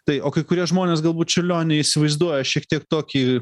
tai o kai kurie žmonės galbūt čiurlionį įsivaizduoja šiek tiek tokį